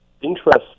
interest